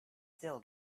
still